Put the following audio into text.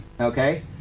okay